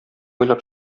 уйлап